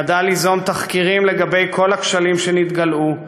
היא ידעה ליזום תחקירים לגבי כל הכשלים שנתגלעו,